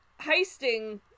heisting